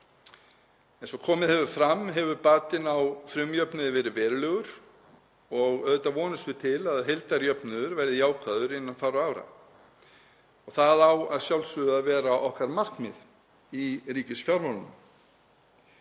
Eins og komið hefur fram hefur batinn á frumjöfnuði verið verulegur og auðvitað vonumst við til að heildarjöfnuður verði jákvæður innan fárra ára. Það á að sjálfsögðu að vera okkar markmið í ríkisfjármálum.